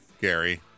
Gary